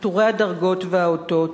עטורי הדרגות והאותות,